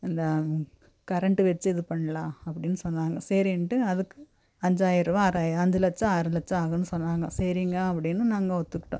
அந்த கரெண்ட் வச்சு இது பண்ணலாம் அப்படின்னு சொன்னாங்க சரின்ட்டு அதுக்கு அஞ்சாயருபா ஆறாய அஞ்சு லட்சம் ஆறு லட்சம் ஆகும்னு சொன்னாங்க சரிங்க அப்படின்னு நாங்கள் ஒத்துக்கிட்டோம்